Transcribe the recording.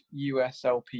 uslp